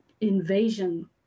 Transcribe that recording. invasion